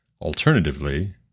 Alternatively